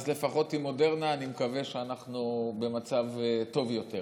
אז לפחות עם מודרנה אני מקווה שאנחנו במצב טוב יותר